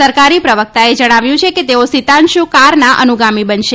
સરકારી પ્રવક્તાએ જણાવ્યું છે કે તેઓ સીતાંષુ કારના અનુગામી બનશે